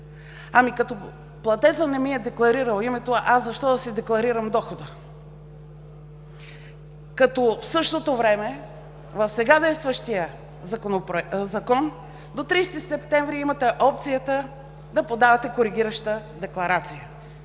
Като платецът не ми е декларирал името, аз защо да си декларирам дохода, като в същото време в сега действащия Закон до 30 септември имате опцията да подавате коригираща декларация?